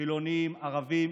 חילונים, ערבים.